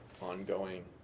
ongoing